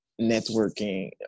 networking